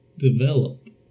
develop